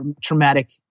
traumatic